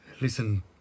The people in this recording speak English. Listen